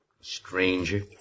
Stranger